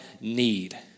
need